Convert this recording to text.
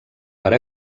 per